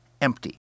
empty